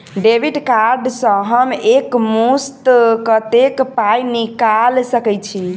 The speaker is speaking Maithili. डेबिट कार्ड सँ हम एक मुस्त कत्तेक पाई निकाल सकय छी?